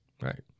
Right